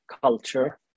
culture